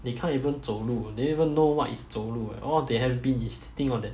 they can't even 走路 don't even know what is 走路 eh all they have been is sitting on that